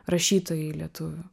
rašytojai lietuvių